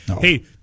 hey